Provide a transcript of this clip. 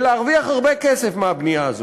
ולהרוויח הרבה כסף מהבנייה הזאת.